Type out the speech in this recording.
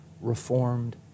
reformed